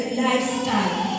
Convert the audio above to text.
lifestyle